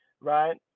right